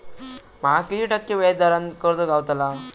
माका किती टक्के व्याज दरान कर्ज गावतला?